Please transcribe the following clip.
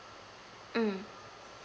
mm